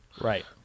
Right